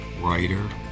writer